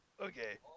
Okay